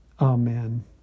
Amen